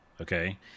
okay